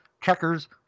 checkers